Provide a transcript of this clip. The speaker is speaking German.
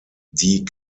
die